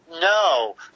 No